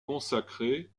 consacrée